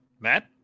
Matt